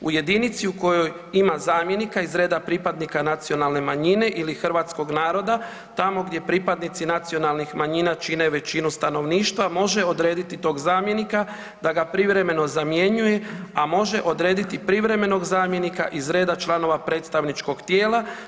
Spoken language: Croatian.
U jedinici u kojoj ima zamjenika iz reda pripadnika nacionalne manjine ili hrvatskog naroda tamo gdje pripadnici nacionalnih manjina čine većinu stanovništva može odrediti tog zamjenika da ga privremeno zamjenjuje, a može odrediti privremenog zamjenika iz reda članova predstavničkog tijela.